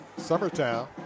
Summertown